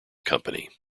company